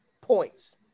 points